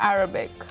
Arabic